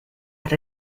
out